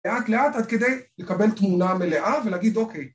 לאט לאט עד כדי לקבל תמונה מלאה ולהגיד אוקיי